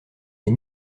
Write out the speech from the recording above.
les